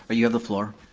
but you have the floor.